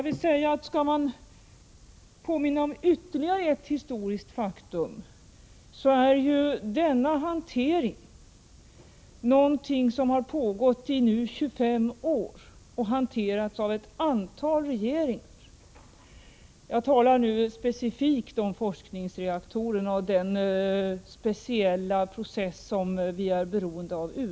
För att påminna om ytterligare ett historiskt faktum så har ju denna hantering pågått i 25 år. Frågan har således handlagts av ett antal regeringar. Jag talar specifikt om forskningsreaktorerna och den speciella process som gör att vi för närvarande är beroende av USA.